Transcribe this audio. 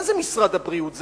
מה זה משרד הבריאות?